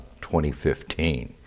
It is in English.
2015